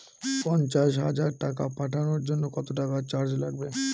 পণ্চাশ হাজার টাকা পাঠানোর জন্য কত টাকা চার্জ লাগবে?